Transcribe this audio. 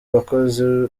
bakozi